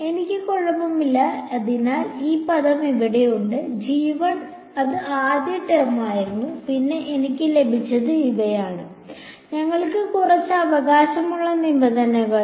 അതിനാൽ എനിക്ക് കുഴപ്പമില്ല അതിനാൽ ഈ പദം ഇവിടെയുണ്ട് g 1 അത് ആദ്യത്തെ ടേം ആയിരുന്നു പിന്നെ എനിക്ക് ലഭിച്ചത് ഇവയാണ് ഞങ്ങൾക്ക് കുറച്ച് അവകാശമുള്ള നിബന്ധനകൾ